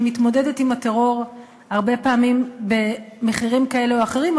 מתמודדת עם הטרור הרבה פעמים במחירים כאלה או אחרים,